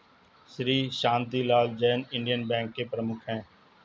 Shri Shantilal Jain Indian Bank के प्रमुख है